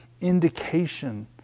indication